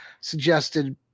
suggested